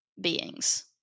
beings